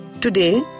Today